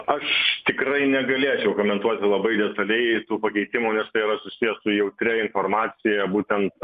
aš tikrai negalėčiau komentuoti labai detaliai tų pakeitimų nes tai yra susiję su jautria informacija būtent